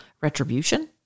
retribution